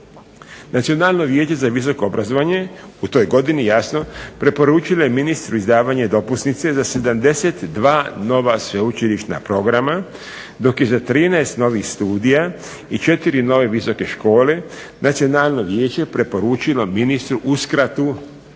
Nacionalno vijeće za visoko obrazovanje u toj godini jasno preporučilo je ministru izdavanje dopusnice za 72 nova sveučilišna programa dok je za 13 novih studija i 4 nove visoke škole Nacionalno vijeće preporučilo ministru uskratu